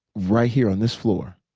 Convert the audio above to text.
right here on this floor,